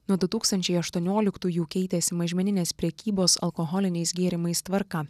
nuo du tūkstančiai aštuonioliktųjų keitėsi mažmeninės prekybos alkoholiniais gėrimais tvarka